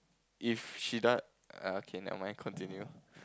if she done okay never mind continue